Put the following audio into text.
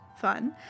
fun